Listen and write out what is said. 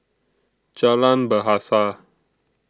Jalan Bahasa